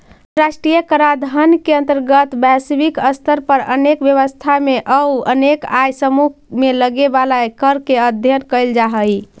अंतर्राष्ट्रीय कराधान के अंतर्गत वैश्विक स्तर पर अनेक व्यवस्था में अउ अनेक आय समूह में लगे वाला कर के अध्ययन कैल जा हई